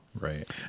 right